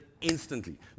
instantly